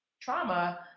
trauma